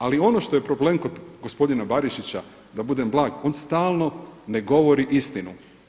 Ali ono što je problem kod gospodina Barišića da budem blag, on stalno ne govori istinu.